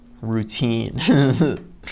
routine